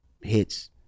hits